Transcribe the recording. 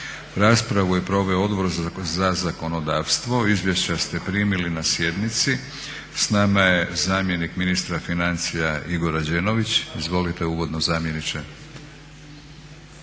Raspravu je proveo Odbor za zakonodavstvo. Izvješća ste primili na sjednici. S nama je zamjenik ministra financija Igor Rađenović. Izvolite uvodno zamjeniče.